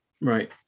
Right